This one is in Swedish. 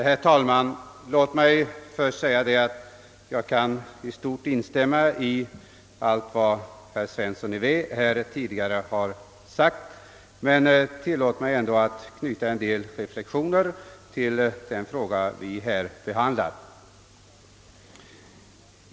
Herr talman! Låt mig först säga att jag i stort kan instämma i allt vad herr Svensson i Vä har sagt, men tillåt mig ändå att knyta vissa reflexioner till den fråga vi här behandlar.